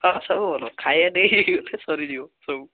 ହଁ ସବୁ ଭଲ ଖାଇବା ଦେଇ ସରିଯିବ ସବୁ